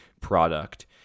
product